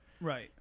Right